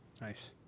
Nice